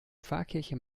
pfarrkirche